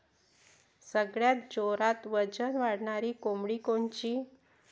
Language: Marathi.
सगळ्यात जोरात वजन वाढणारी कोंबडी कोनची?